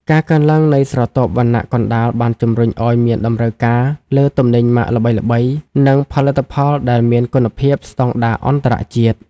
ការកើនឡើងនៃស្រទាប់វណ្ណៈកណ្ដាលបានជម្រុញឱ្យមានតម្រូវការលើទំនិញម៉ាកល្បីៗ និងផលិតផលដែលមានគុណភាពស្ដង់ដារអន្តរជាតិ។